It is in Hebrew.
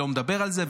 אף אחד לא מדבר על זה,